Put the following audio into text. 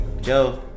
joe